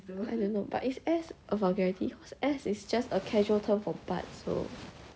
I don't know but is ass a vulgarity cause ass is just a casual term for butt so